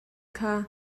kha